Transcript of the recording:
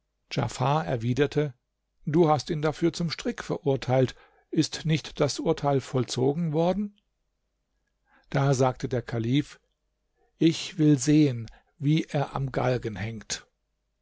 erwiderte du hast ihn dafür zum strick verurteilt ist nicht das urteil vollzogen worden da sagte der kalif ich will sehen wie er am galgen hängt